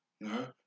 No